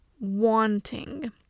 wanting